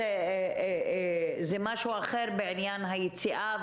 זה מה שקורה לנו בפועל,